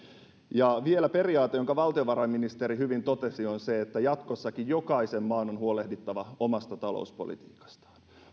ja vielä periaate jonka valtiovarainministeri hyvin totesi on se että jatkossakin jokaisen maan on huolehdittava omasta talouspolitiikastaan